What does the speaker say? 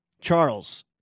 Charles